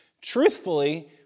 Truthfully